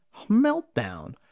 meltdown